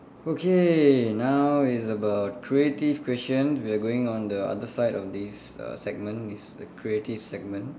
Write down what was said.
okay now it's about creative question we are going on the other side of this uh segment it's the creative segment